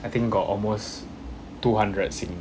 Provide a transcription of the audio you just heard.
I think got almost two hundred sing